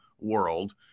world